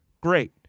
Great